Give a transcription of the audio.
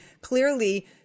clearly